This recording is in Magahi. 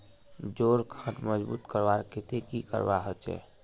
जोड़ खान मजबूत करवार केते की करवा होचए?